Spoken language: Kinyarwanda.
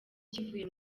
kivuye